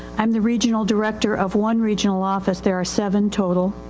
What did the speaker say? um the regional director of one regional office. there are seven total.